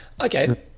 Okay